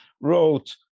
wrote